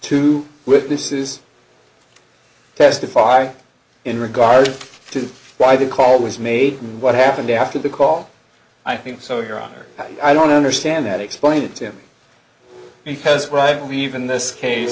two witnesses testify in regard to why the call was made and what happened after the call i think so your honor i don't understand that explain it to me because what i believe in this case